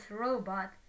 robot